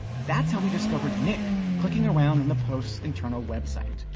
that's how we discovered nick clicking around in the post's internal website.